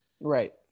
right